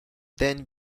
then